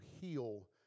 heal